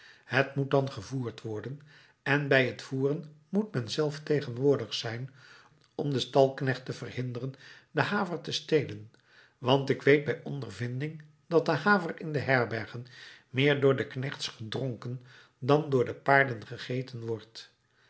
het moet dan gevoerd worden en bij het voeren moet men zelf tegenwoordig zijn om den stalknecht te verhinderen de haver te stelen want ik weet bij ondervinding dat de haver in de herbergen meer door de knechts gedronken dan door de paarden gegeten wordt